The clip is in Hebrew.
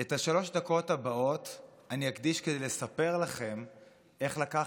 את שלוש הדקות הבאות אני אקדיש כדי לספר לכם איך לקח